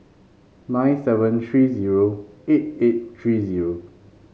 nine seven three zero eight eight three zero